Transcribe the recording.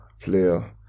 player